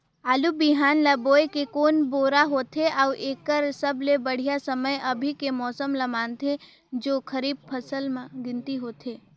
आलू बिहान ल बोये के कोन बेरा होथे अउ एकर बर सबले बढ़िया समय अभी के मौसम ल मानथें जो खरीफ फसल म गिनती होथै?